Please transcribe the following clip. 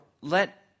let